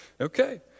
Okay